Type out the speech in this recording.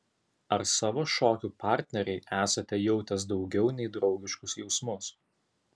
ar savo šokių partnerei esate jautęs daugiau nei draugiškus jausmus